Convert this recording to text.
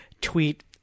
tweet